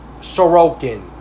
Sorokin